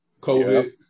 COVID